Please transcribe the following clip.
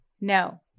No